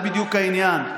זה בדיוק העניין.